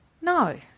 No